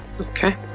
Okay